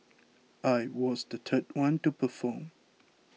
I was the third one to perform